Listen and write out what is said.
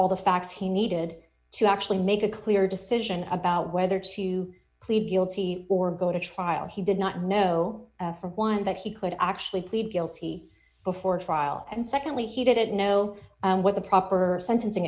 all the facts he needed to actually make a clear decision about whether to plead guilty or go to trial he did not know for a while that he could actually plead guilty before trial and secondly he didn't know what the proper sentencing